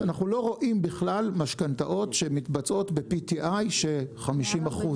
אנחנו לא רואים בכלל משכנתאות שמתבצעות ב-PTI ש-50%,